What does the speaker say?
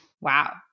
Wow